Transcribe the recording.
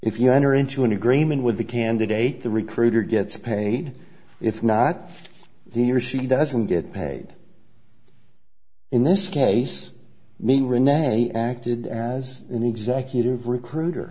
if you enter into an agreement with the candidate the recruiter gets paid if not the or she doesn't get paid in this case mean renee acted as an executive recruiter